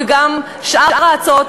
וגם שאר ההצעות,